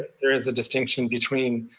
there is a distinction between